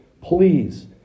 please